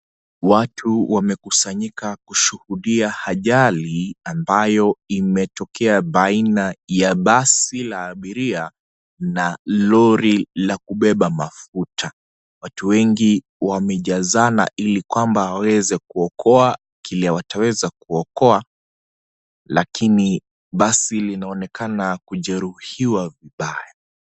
Watu wamekusanyika kushuhudia ajali ambayo imetokea baina ya basi la kubeba abiria na lori ya kubeba mafuta. Watu wengi wamejazana ili waweze kuoka kile wataweza kuokoa lakini basi linaonekana kujeruhiwa vibaya.